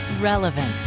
Relevant